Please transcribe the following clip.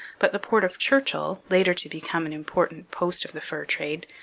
but the port of churchill, later to become an important post of the fur trade,